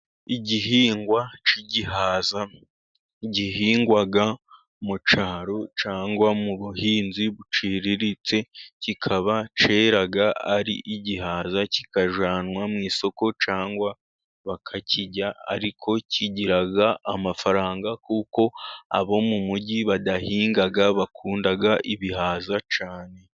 Igihingwa cy'igihaza, gihingwa mu cyaro cyangwa mu buhinzi buciriritse, kikaba cyera ari igihaza, kikajyanwa mu isoko cyangwa bakakirya, ariko kigira amafaranga kuko abo mu mugi badahinga, bakunda ibihaza cyane.